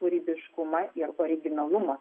kūrybiškumas ir originalumas